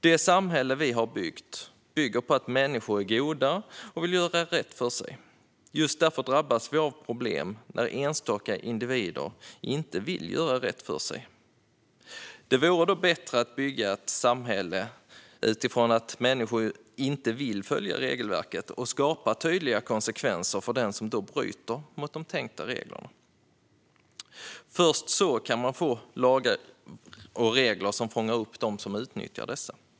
Det samhälle vi har bygger på att alla människor är goda och vill göra rätt för sig. Just därför drabbas vi av problem när enstaka individer inte vill göra rätt för sig. Det vore bättre att bygga ett samhälle utifrån att människor inte vill följa regelverket och skapa tydliga konsekvenser för den som då bryter mot de tänkta reglerna. Först så kan man få lagar och regler som fångar upp dem som utnyttjar dessa.